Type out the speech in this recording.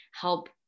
help